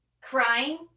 crying